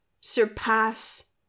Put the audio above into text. surpass